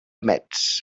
metz